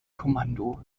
kommando